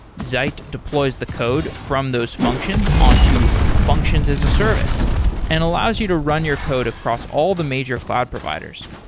zeit deploys the code from those functions on to functions as a service and allows you to run your code across all the major cloud providers.